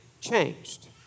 changed